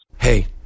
Hey